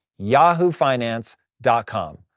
yahoofinance.com